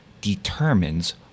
determines